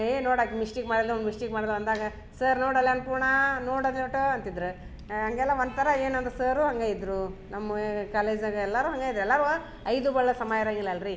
ಏ ನೋಡಾಕೆ ಮಿಸ್ಟಿಕ್ ಮಾಡಿದ್ಲು ಮಿಸ್ಟಿಕ್ ಮಾಡ್ದ ಅಂದಾಗ ಸರ್ ನೋಡಲ್ಲಿ ಅನ್ನಪೂರ್ಣ ನೋಡು ಅಂತಿದ್ರು ಹಂಗೆಲ್ಲ ಒಂಥರ ಏನಂದ ಸರು ಹಂಗೆ ಇದ್ದರು ನಮ್ಮ ಕಾಲೇಜಾಗ ಎಲ್ಲಾರು ಹಂಗೆ ಇದ್ರು ಎಲ್ಲಾವ ಐದು ಬಳ ಸಮ ಇರಂಗಿಲ್ಲ ಅಲ್ಲಾ ರೀ